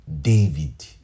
David